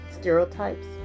stereotypes